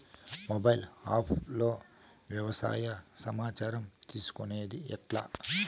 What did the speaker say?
Mobile app లో వ్యవసాయ సమాచారం తీసుకొనేది ఎట్లా?